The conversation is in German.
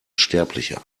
sterblicher